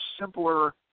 simpler